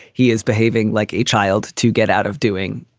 he is behaving like a child to get out of doing,